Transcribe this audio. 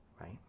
right